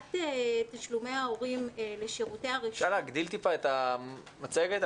בטבלת תשלומי ההורים לשירותי הרשות הפחתנו את התשלום